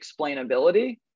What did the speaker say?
explainability